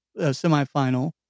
semifinal